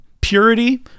purity